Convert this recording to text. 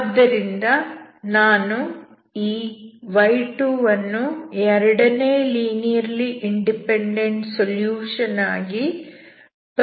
ಆದ್ದರಿಂದ ನಾನು ಈ y2 ವನ್ನು ಎರಡನೇ ಲೀನಿಯರ್ಲಿ ಇಂಡಿಪೆಂಡೆಂಟ್ ಸೊಲ್ಯೂಷನ್ ಆಗಿ ಪರಿಗಣಿಸುವಂತಿಲ್ಲ